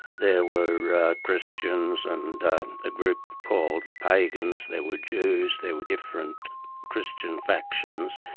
there were christians and a group called pagans, there were jews, there were different christian factions,